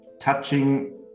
touching